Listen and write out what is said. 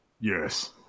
yes